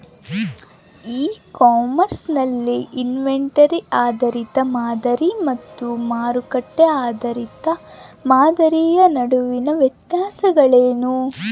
E commerce ನಲ್ಲಿ inventory ಆಧಾರಿತ ಮಾದರಿ ಮತ್ತು ಮಾರುಕಟ್ಟೆ ಆಧಾರಿತ ಮಾದರಿಯ ನಡುವಿನ ವ್ಯತ್ಯಾಸಗಳೇನು?